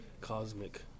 cosmic